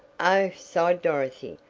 oh, sighed dorothy,